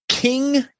King